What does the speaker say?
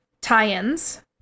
tie-ins